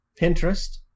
Pinterest